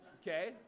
okay